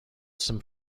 some